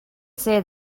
say